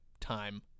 time